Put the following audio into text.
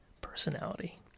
personality